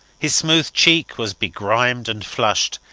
his smooth cheek was begrimed and flushed,